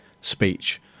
speech